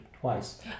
twice